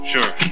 Sure